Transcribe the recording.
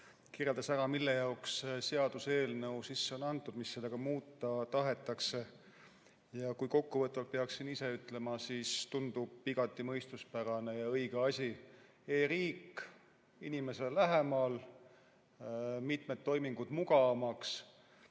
ära, mille jaoks seaduseelnõu sisse on antud ja mida sellega muuta tahetakse. Kui kokkuvõtvalt peaksin ise ütlema, siis tundub igati mõistuspärane ja õige asi – e-riik inimesele lähemal, mitmed toimingud mugavamaks. Kui